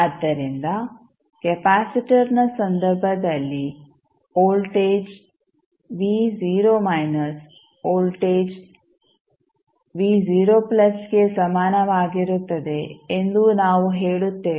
ಆದ್ದರಿಂದ ಕೆಪಾಸಿಟರ್ನ ಸಂದರ್ಭದಲ್ಲಿ ವೋಲ್ಟೇಜ್ ವೋಲ್ಟೇಜ್ ಗೆ ಸಮಾನವಾಗಿರುತ್ತದೆ ಎಂದು ನಾವು ಹೇಳುತ್ತೇವೆ